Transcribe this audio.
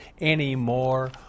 anymore